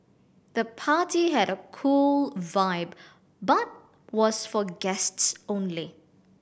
the party had a cool vibe but was for guests only